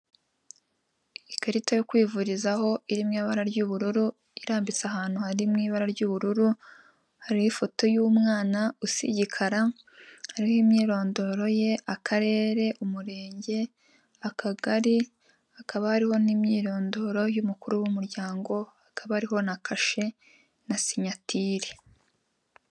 Ikarita yo kwivurizaho iri mu ibara ry'ubururu irambitse ahantu hari mu ibara ry'ubururu, hari ifoto y'umwana usa igikara, hariho imyirondoro ye akarere umurenge akagari, hakaba hariho n'imyirondoro y'umukuru w'umuryango, hakaba hariho na kashe na sinyatire.